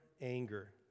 anger